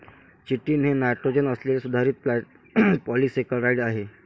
chitin हे nitrogen असलेले सुधारित पॉलिसेकेराइड आहे